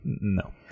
no